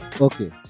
Okay